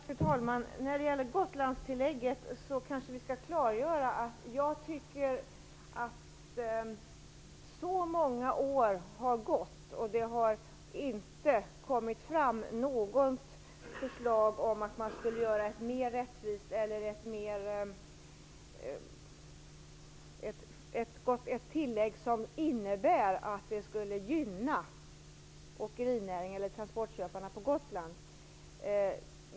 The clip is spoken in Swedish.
Fru talman! När det gäller Gotlandstillägget kanske jag skall klargöra min uppfattning. Jag tycker att så många år har gått och det har inte kommit fram något förslag om att man skulle göra ett mer rättvist tillägg eller ett tillägg som skulle gynna åkerinäringen eller transportköparna på Gotland.